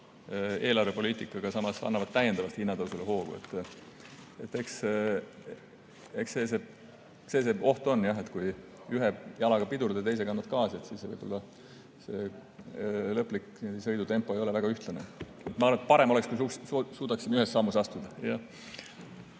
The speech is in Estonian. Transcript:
eelarvepoliitikaga samas annavad täiendavalt hinnatõusule hoogu. Eks see oht on jah, et kui ühe jalaga pidurdad ja teisega annad gaasi, siis kokkuvõttes sõidutempo ei ole väga ühtlane. Ma arvan, et parem oleks, kui suudaksime ühes taktis astuda.